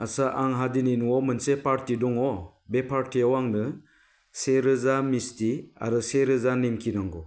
आच्चा आंहा दिनै न'आव मोनसे पार्टि दङ बे पार्टियाव आंनो से रोजा मिस्ति आरो से रोजा निम्कि नांगौ